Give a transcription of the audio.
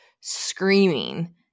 screaming